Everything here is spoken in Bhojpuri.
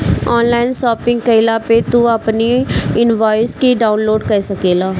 ऑनलाइन शॉपिंग कईला पअ तू अपनी इनवॉइस के डाउनलोड कअ सकेला